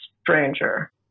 stranger